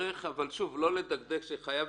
ולכל הגופים שהצטרפו